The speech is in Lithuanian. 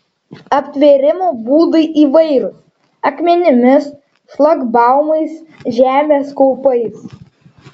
aptvėrimo būdai įvairūs akmenimis šlagbaumais žemės kaupais